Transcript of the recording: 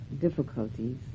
difficulties